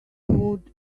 would